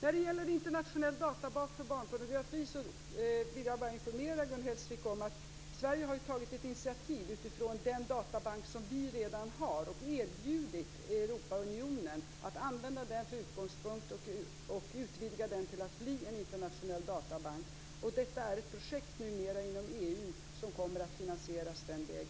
När det gäller en internationell databas för barnpornografi vill jag bara informera Gun Hellsvik om att Sverige har tagit ett initiativ utifrån den databank som vi redan har. Vi har erbjudit Europaunionen att använda den som utgångspunkt och utvidga den till att bli en internationell databank. Detta är numera ett projekt inom EU som kommer att finansieras den vägen.